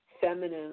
feminine